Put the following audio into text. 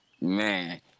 Man